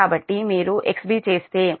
కాబట్టి మీరు XB చేస్తే అది 2